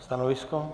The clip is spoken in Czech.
Stanovisko?